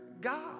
god